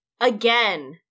again